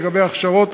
לגבי ההכשרות,